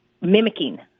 mimicking